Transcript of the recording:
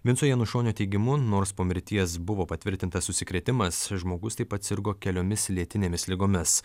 vinco janušonio teigimu nors po mirties buvo patvirtintas užsikrėtimas žmogus taip pat sirgo keliomis lėtinėmis ligomis